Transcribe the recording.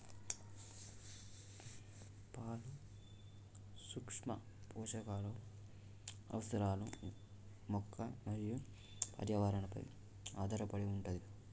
పలు సూక్ష్మ పోషకాలు అవసరాలు మొక్క మరియు పర్యావరణ పై ఆధారపడి వుంటది